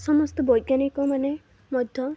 ସମସ୍ତ ବୈଜ୍ଞାନିକମାନେ ମଧ୍ୟ